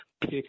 pick